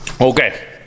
Okay